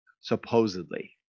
supposedly